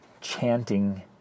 chanting